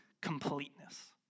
completeness